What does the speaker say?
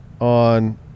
On